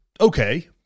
okay